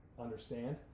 understand